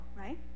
right